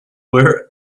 were